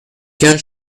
quinze